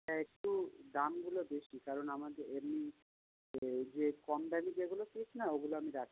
হ্যাঁ একটু দামগুলো বেশি কারণ আমাদের এমনি যে এই যে কম দামি যেগুলো পিস না ওগুলো আমি রাখি না